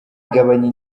igabanya